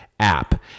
app